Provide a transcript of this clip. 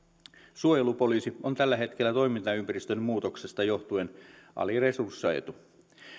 suojelupoliisi on tällä hetkellä toimintaympäristön muutoksesta johtuen aliresursoitu